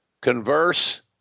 converse